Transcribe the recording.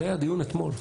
זה היה הדיון אתמול.